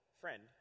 Friend